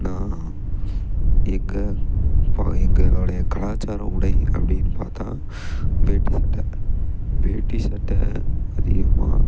நான் எங்கள் இப்போ எங்களோடைய கலாச்சாரம் உடை அப்படின்னு பார்த்தா வேட்டி சட்டை வேட்டி சட்டை அதிகமாக